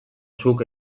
zuk